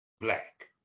black